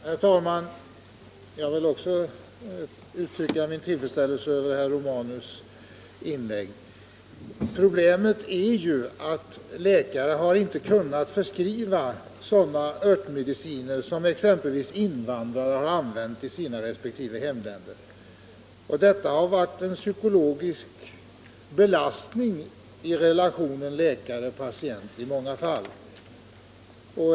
Herr talman! Jag vill också uttrycka min tillfredsställelse över herr Romanus inlägg. Problemet är ju att läkare inte har kunnat förskriva exempelvis sådana örtmediciner som invandrare har använt i sina resp. hemländer. Detta har i många fall varit en psykologisk belastning i relationen läkare-patient.